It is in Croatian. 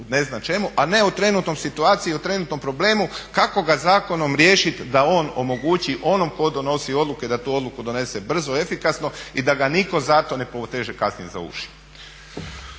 ne znam čemu a ne o trenutnoj situaciji, o trenutnom problemu kako ga zakonom riješiti da on omogući onom tko donosi odluke da tu odluku donese brzo i efikasno i da ga nitko zato ne poteže kasnije za uši.